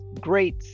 great